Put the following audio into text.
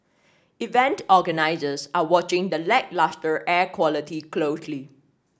event organisers are watching the lacklustre air quality closely